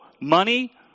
money